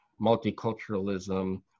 multiculturalism